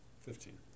Fifteen